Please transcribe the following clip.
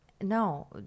No